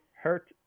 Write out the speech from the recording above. Hurt